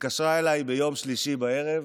שהתקשרה אליי ביום שלישי בערב,